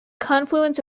confluence